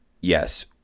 yes